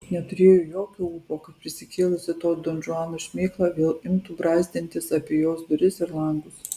neturėjo jokio ūpo kad prisikėlusi to donžuano šmėkla vėl imtų brazdintis apie jos duris ir langus